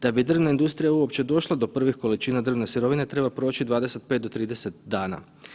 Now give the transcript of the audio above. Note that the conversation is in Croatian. Da bi drvna industrija uopće došla do prvih količina drvne sirovine treba proći 25 do 30 dana.